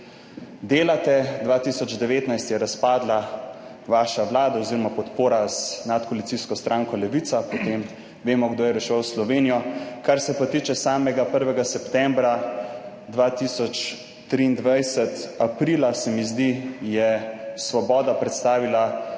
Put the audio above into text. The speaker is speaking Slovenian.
delate. 2019 je razpadla vaša Vlada oziroma podpora z nadkoalicijsko stranko Levica, potem vemo, kdo je reševal Slovenijo. Kar se pa tiče samega 1. septembra 2024, aprila, se mi zdi, je Svoboda predstavila